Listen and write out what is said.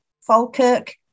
Falkirk